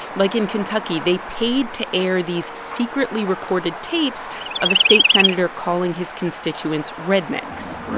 like in kentucky, they paid to air these secretly recorded tapes of a state senator calling his constituents rednecks